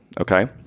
Okay